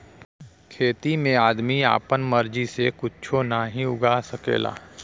खेती में आदमी आपन मर्जी से कुच्छो नाहीं उगा सकला